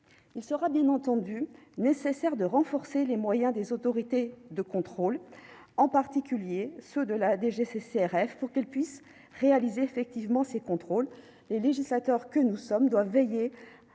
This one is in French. Il sera bien entendu nécessaire de renforcer les moyens de ces autorités de contrôle, en particulier ceux de la DGCCRF, pour que ces contrôles soient effectifs. Le législateur que nous sommes doit veiller